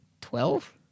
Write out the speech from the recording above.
Twelve